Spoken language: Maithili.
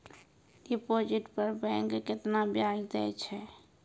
डिपॉजिट पर बैंक केतना ब्याज दै छै?